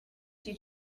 you